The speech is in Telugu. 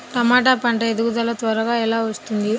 టమాట పంట ఎదుగుదల త్వరగా ఎలా వస్తుంది?